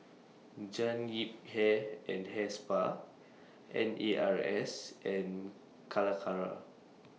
Jean Yip Hair and Hair Spa N A R S and Calacara